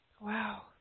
Wow